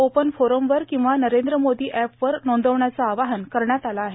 open फोरमवर किंवा नरेंद्र मोदी एपवर नोंदविण्याचं आवाहन करण्यात आलं आहे